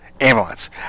ambulance